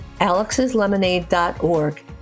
alexslemonade.org